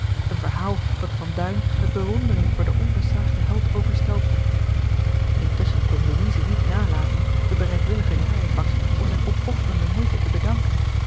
een verhaal dat van duin met bewondering voor den onversaagden held overstelpte intusschen kon louise niet nalaten den bereidwilligen cajefax voor zijne opofferende moeite te bedanken